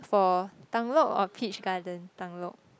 for Tung-Lok or Peach Garden Tung-Lok